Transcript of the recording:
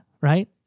right